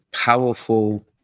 powerful